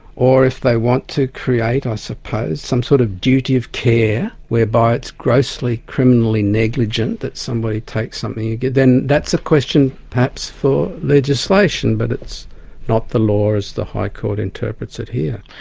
or if they want to create, i suppose, some sort of duty of care whereby it's grossly criminally negligent that somebody takes something, then that's a question perhaps for legislation, but it's not the law as the high court interprets it here.